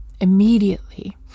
immediately